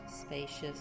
spacious